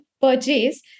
purchase